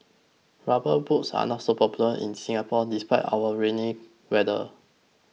rubber boots are not popular in Singapore despite our rainy weather